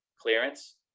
clearance